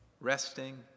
resting